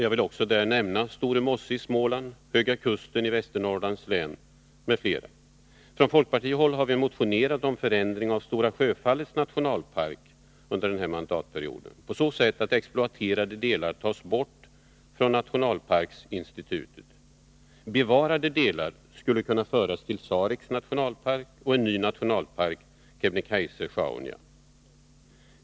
Jag kan nämna Store mosse i Småland och Höga kusten i Västernorrlands län m.fl. Från folkpartihåll har vi under den gångna mandatperioden motionerat om förändring av Stora Sjöfallets nationalpark på så sätt att exploaterade delar tas bort från nationalparksinstitutet. Bevarade delar skulle kunna föras till Sareks nationalpark och till en ny nationalpark, Kebnekaise-Sjaunja.